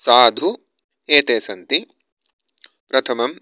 साधु एते सन्ति प्रथमं